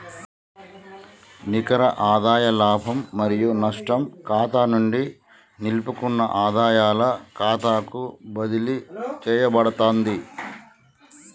నికర ఆదాయ లాభం మరియు నష్టం ఖాతా నుండి నిలుపుకున్న ఆదాయాల ఖాతాకు బదిలీ చేయబడతాంది